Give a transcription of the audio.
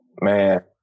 Man